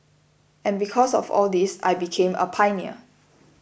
and because of all this I became a pioneer